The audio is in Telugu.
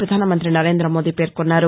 ప్రపధానమంతి నరేంద్రమోదీ పేర్కొన్నారు